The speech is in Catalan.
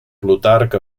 plutarc